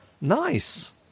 nice